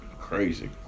Crazy